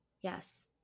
yes